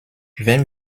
wenn